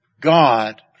God